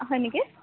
হয় নেকি